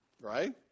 Right